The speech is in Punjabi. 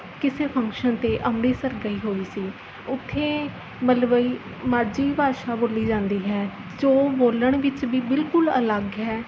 ਕਿਸੇ ਫੰਕਸ਼ਨ 'ਤੇ ਅੰਮ੍ਰਿਤਸਰ ਗਈ ਹੋਈ ਸੀ ਉੱਥੇ ਮਲਵਈ ਮਾਝੀ ਭਾਸ਼ਾ ਬੋਲੀ ਜਾਂਦੀ ਹੈ ਜੋ ਬੋਲਣ ਵਿੱਚ ਵੀ ਬਿਲਕੁਲ ਅਲੱਗ ਹੈ